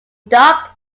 duck